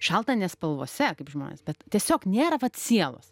šalta ne spalvose kaip žmonės bet tiesiog nėra vat sielos